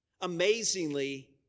Amazingly